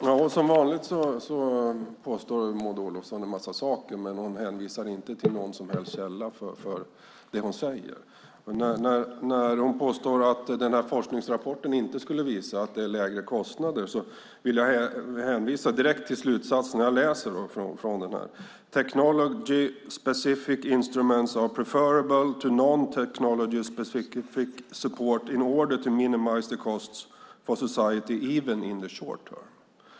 Fru talman! Som vanligt påstår Maud Olofsson en massa saker, men hon hänvisar inte till någon som helst källa för det hon säger. När hon påstår att forskningsrapporten inte skulle visa att det blir lägre kostnader vill jag hänvisa direkt till slutsatserna. Jag läser från rapporten: Technology-specific instruments are preferable to non-technology-specific support in order to minimize the costs for society even in the short term.